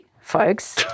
folks